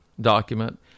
document